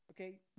Okay